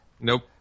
Nope